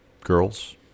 girls